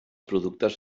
productes